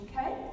okay